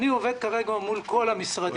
אני עובד כרגע מול כל המשרדים.